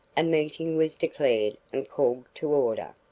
a meeting was declared and called to order,